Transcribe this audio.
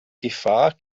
gefahr